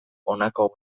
honako